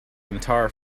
entire